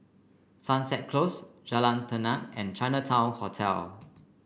Sunset Close Jalan Tenang and Chinatown Hotel